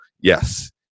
yes